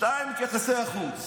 2. את יחסי החוץ.